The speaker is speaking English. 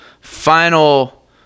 final